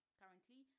currently